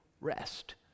rest